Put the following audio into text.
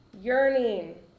yearning